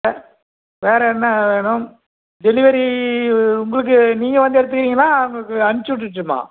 ஆ வேறு என்ன வேணும் டெலிவரி உங்களுக்கு நீங்கள் வந்து எடுத்துக்குறீங்களா உங்களுக்கு அனுப்ச்சிவிட்டுச்சிட்டுமா